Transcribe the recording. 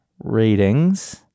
Ratings